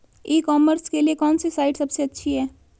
ई commerce के लिए कौनसी साइट सबसे अच्छी है?